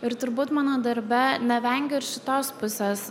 ir turbūt mano darbe nevengiu ir šitos pusės